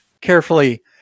carefully